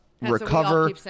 recover